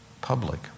public